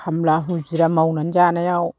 खामला हुजिरा मावनानै जानायाव